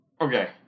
Okay